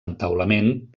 entaulament